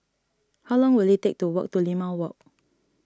how long will it take to walk to Limau Walk